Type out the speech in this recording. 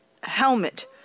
helmet